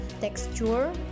texture